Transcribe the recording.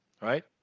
right